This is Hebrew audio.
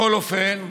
בכל אופן,